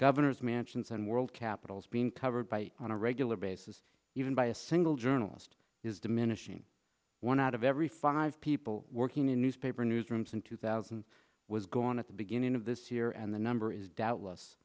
governors mansions and world capitals being covered by on a regular basis even by a single journalist is diminishing one out of every five people working in newspaper newsrooms in two thousand was gone at the beginning of this year and the number is d